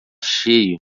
cheio